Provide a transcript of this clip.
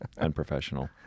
unprofessional